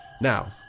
Now